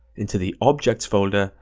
into the objects folder,